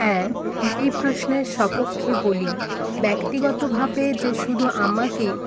হ্যাঁ এই প্রশ্নের স্বপক্ষে বলি ব্যক্তিগত ভাবে যে শুধু আমাকেই